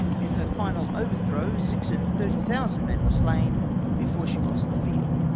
in her final overtlirow six and thirty thousand men were slain before she lost the field.